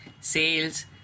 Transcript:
Sales